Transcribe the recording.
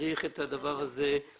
צריך את הדבר הזה לעשות.